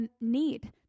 need